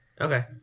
okay